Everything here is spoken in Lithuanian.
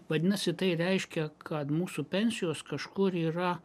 vadinasi tai reiškia kad mūsų pensijos kažkur yra